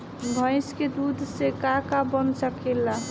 भइस के दूध से का का बन सकेला?